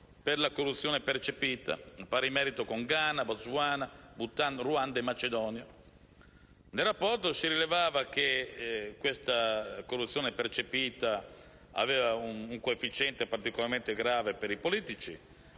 per la corruzione percepita, a pari merito con Ghana, Botswana, Bhutan, Ruanda e Macedonia. Nel rapporto si rilevava che la corruzione percepita aveva un coefficiente particolarmente grave per i politici